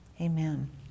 amen